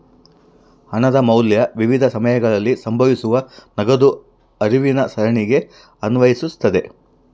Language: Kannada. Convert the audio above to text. ಹಣದ ಮೌಲ್ಯ ವಿವಿಧ ಸಮಯಗಳಲ್ಲಿ ಸಂಭವಿಸುವ ನಗದು ಹರಿವಿನ ಸರಣಿಗೆ ಅನ್ವಯಿಸ್ತತೆ